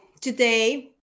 today